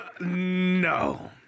No